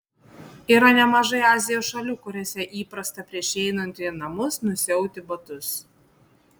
yra nemažai azijos šalių kuriose įprasta prieš įeinant į namus nusiauti batus